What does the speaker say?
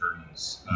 attorneys